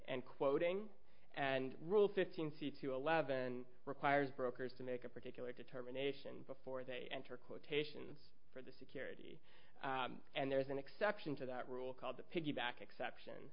and quoting and rule fifteen see to eleven requires brokers to make a particular determination before they enter quotations for the security and there is an exception to that rule called the piggyback exception